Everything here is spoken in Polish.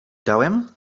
dałem